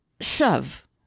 shove